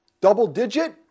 double-digit